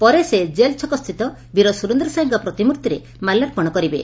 ପରେ ସେ ଜେଲ ଛକସ୍ଷିତ ବୀର ସୁରେନ୍ଦ ସାଏଙ୍କ ପ୍ରତିମୂର୍ଭିରେ ମାଲ୍ୟାର୍ପଣ କରିବେ